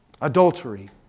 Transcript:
adultery